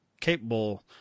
capable